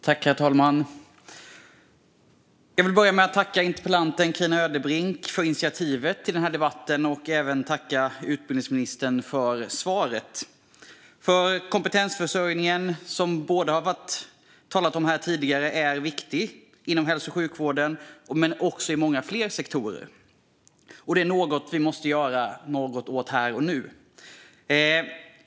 Herr talman! Jag vill börja med att tacka interpellanten Carina Ödebrink för initiativet till denna debatt och även tacka utbildningsministern för svaret. Kompetensförsörjningen, som det talades om här tidigare, är viktig inom hälso och sjukvården men också inom många fler sektorer och är något som vi måste göra något åt här och nu.